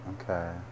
okay